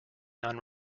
none